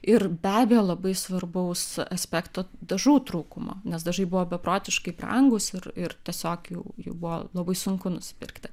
ir be abejo labai svarbaus aspekto dažų trūkumo nes dažai buvo beprotiškai brangūs ir ir tiesiog jau jų buvo labai sunku nusipirkti